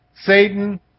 Satan